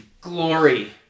glory